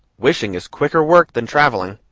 wishing is quicker work than travelling.